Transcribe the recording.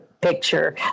picture